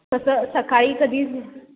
तसं सकाळी कधीच